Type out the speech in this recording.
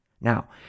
Now